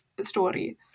story